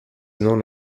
known